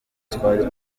twari